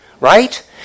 Right